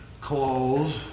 clothes